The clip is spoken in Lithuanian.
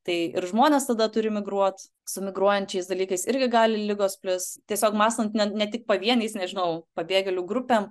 tai ir žmonės tada turi migruot su migruojančiais dalykais irgi gali ligos plist tiesiog mąstan ne ne tik pavieniais nežinau pabėgėlių grupėm